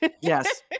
yes